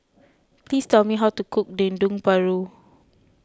please tell me how to cook Dendeng Paru